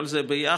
כל זה ביחד